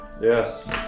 Yes